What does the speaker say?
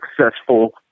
successful